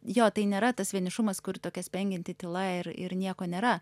jo tai nėra tas vienišumas kur tokia spengianti tyla ir ir nieko nėra